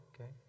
Okay